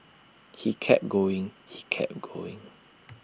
he kept going he kept going